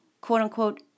quote-unquote